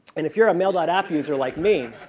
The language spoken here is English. and if you're a mailbot app user like me,